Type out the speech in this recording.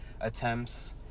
attempts